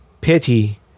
pity